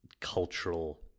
cultural